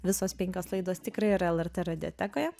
visos penkios laidos tikrai yra lrt radiotekoje